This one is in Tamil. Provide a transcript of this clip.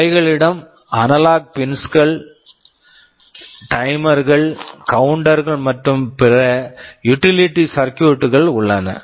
அவைகளிடம் analog pins analog pins timer timers கள் கவுண்டர் counters கள் மற்றும் பிற யுடிலிட்டி சர்க்கியூட்ரி utility circuitry கள் உள்ளன